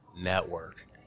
network